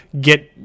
get